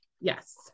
Yes